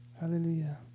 Hallelujah